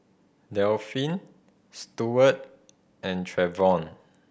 Delphin Steward and Trevion